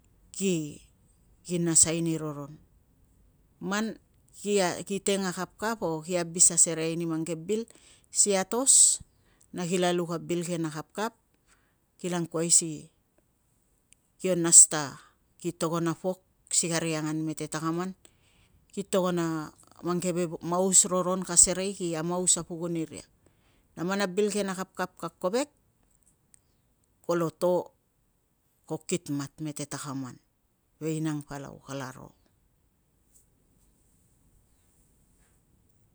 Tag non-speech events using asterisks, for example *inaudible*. Ki, ki nasai ni roron. Man ki *hesitation* teng a kapkap o ki abis asereai ni mang ke bil si atos na kila luk a bil ke na kapkap, kilangkuai si kio nas ta ki togon a pok asi kari angan mete takaman, ki togon a mang ke *hesitation* maus roron ka serei na ki amaus a pukun iria. Na man a bil ke na kapkap ka kovek kolo to, ko kitmat mete takaman. Vei nang palau, kalaro.